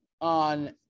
on